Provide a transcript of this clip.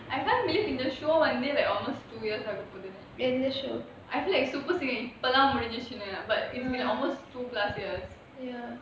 I can't believe in the show வந்து:vanthu like almost two years ago I feel like super இப்போதான் முடிஞ்சிச்சுனு:ippothaan mudinchichunu but it's been almost two plus years